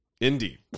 Indeed